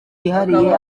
yihariye